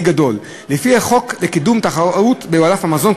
גדול" לפי החוק לקידום התחרות בענף המזון,